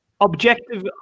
objective